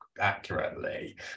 accurately